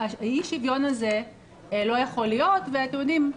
אי השוויון הזה לא יכול להיות, ואתם יודעים,